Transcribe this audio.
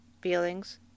feelings